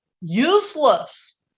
useless